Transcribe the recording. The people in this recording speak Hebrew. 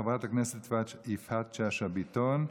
חברת הכנסת יפעת שאשא ביטון,